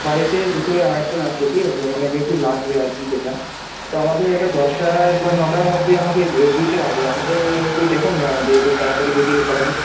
বাড়িতে দুপুরে আয়োজন আছে ঠিক আছে মানে যেহেতু লাগবে আর কি যেটা তো আমাকে ওটা দশটার বা নটার মধ্যে আমাকে দিতে হবে আপনি একটু দেখুন না যে একটু তাড়াতাড়ি যদি করা যায়